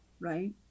right